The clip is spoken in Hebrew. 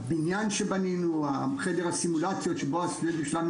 הבניין שבנינו וחדר הסימולציות שבו הסטודנטים שלנו